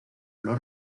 los